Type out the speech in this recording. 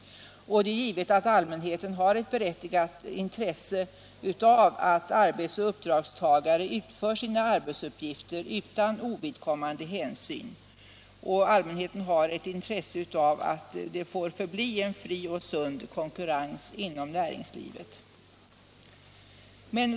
Det är givet att allmänheten har ett berättigat intresse av att alla uppdragstagare utför sina arbetsuppgifter utan ovidkommande hänsyn och av att det får förbli en fri och sund konkurrens inom näringslivet.